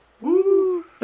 woo